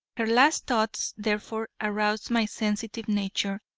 her last thoughts, therefore, aroused my sensitive nature,